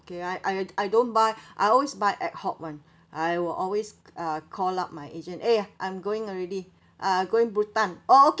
okay I I I don't buy I always buy ad hoc [one] I will always uh call up my agent eh I'm going already uh going bhutan oh